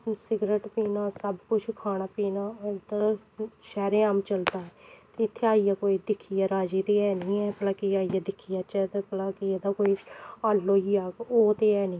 cigarette पीना सब कुछ खाना पीना हून ते शरेआम चलदा ऐ ते इत्थै आइयै कोई दिक्खियै राजी ते है निं ऐ भला कि आइयै दिक्खी आचै ते भला कि एह्दा कोई हल्ल होई जाग ओह् ते है निं ऐ